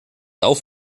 auf